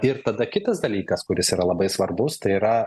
ir tada kitas dalykas kuris yra labai svarbus tai yra